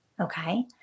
Okay